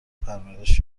پرورش